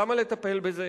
למה לטפל בזה?